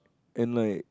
in like